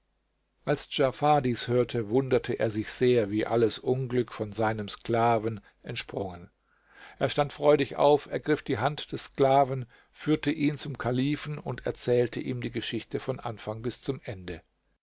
als djafar dies hörte wunderte er sich sehr wie alles unglück von seinem sklaven entsprungen er stand freudig auf ergriff die hand des sklaven führte ihn zum kalifen und erzählte ihm die geschichte von anfang bis zum ende